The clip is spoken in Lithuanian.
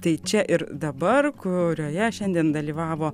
tai čia ir dabar kurioje šiandien dalyvavo